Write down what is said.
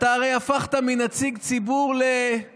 אתה הרי הפכת מנציג ציבור, אני